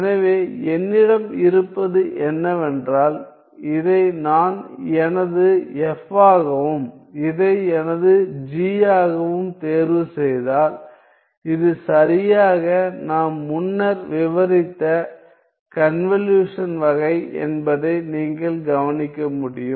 எனவே என்னிடம் இருப்பது என்னவென்றால் இதை நான் எனது f ஆகவும் இதை எனது g ஆகவும் தேர்வுசெய்தால் இது சரியாக நாம் முன்னர் விவரித்த கன்வலுஷன் வகை என்பதை நீங்கள் கவனிக்க முடியும்